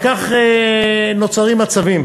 וכך נוצרים מצבים